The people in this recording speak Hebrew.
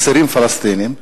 אסירים פלסטינים,